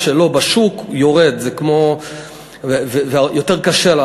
שלו בשוק פוחת, ויותר קשה לו.